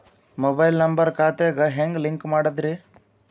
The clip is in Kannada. ಮೊಬೈಲ್ ನಂಬರ್ ಖಾತೆ ಗೆ ಹೆಂಗ್ ಲಿಂಕ್ ಮಾಡದ್ರಿ?